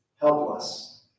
helpless